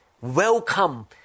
welcome